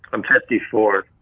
i'm thirty four.